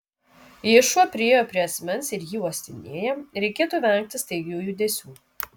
jei šuo priėjo prie asmens ir jį uostinėja reikėtų vengti staigių judesių